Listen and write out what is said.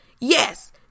Yes